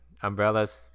Umbrellas